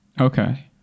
Okay